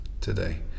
today